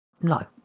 No